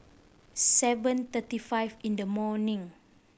seven thirty five in the morning